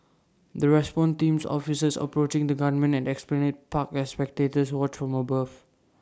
the response teams officers approaching the gunman at esplanade park as spectators watch from above